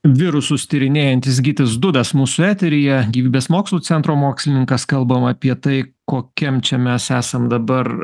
virusus tyrinėjantis gytis dudas mūsų eteryje gyvybės mokslų centro mokslininkas kalbam apie tai kokiam čia mes esam dabar